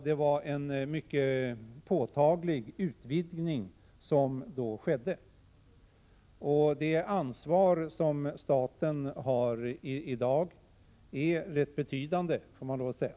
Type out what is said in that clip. Det var en mycket påtaglig utvidgning som då skedde, och det ansvar som staten har i dag är rätt betydande, får man lov att säga.